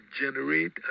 generate